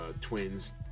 twins